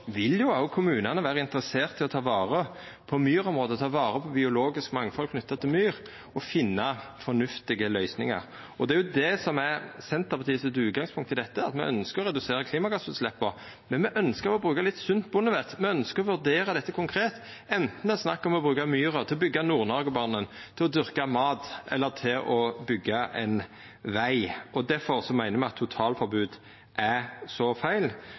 vil kommunane vera interesserte i å ta vare på myrområde, ta vare på biologisk mangfald knytt til myr og finna fornuftige løysingar. Og det er det som er Senterpartiet sitt utgangspunkt i dette: Me ønskjer å redusera klimagassutsleppa, men me ønskjer å bruka litt sunt bondevett, me ønskjer å vurdera dette konkret, anten det er snakk om å bruka myra til å byggja Nord-Noregbanen, til å dyrka mat eller til å byggja ein veg. Difor meiner me at eit totalforbod er så feil,